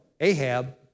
Ahab